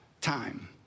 time